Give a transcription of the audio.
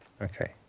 Okay